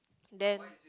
then